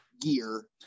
gear